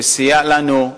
שסייע לנו,